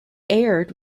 aired